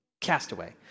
Castaway